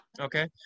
okay